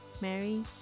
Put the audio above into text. Mary